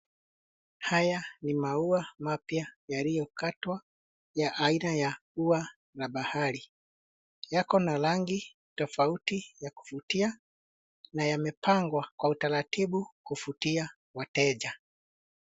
Haya ni maua mapya yaliyokatwa ya aina ya ua la bahari. Yako na rangi tofauti ya kuvutia na yamepangwa kwa utaratibu kuvutia wateja.